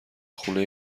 خونه